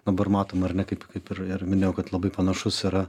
dabar matom ar ne kaip kaip ir minėjau kad labai panašus yra